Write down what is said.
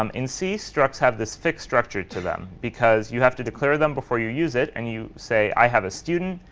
um in c, structs have this fixed structure to them because you have to declare them before you use it, and you say i have a student,